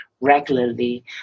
regularly